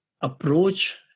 approach